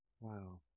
Wow